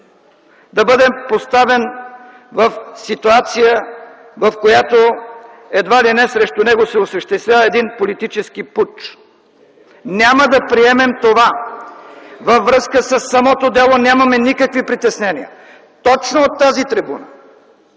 да бъде поставен в ситуация, в която едва ли не срещу него се осъществява един политически пуч. (Шум от ГЕРБ.) Няма да приемем това. Във връзка със самото дело нямаме никакви притеснения. Точно от тази трибуна